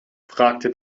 fragte